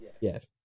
Yes